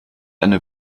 eine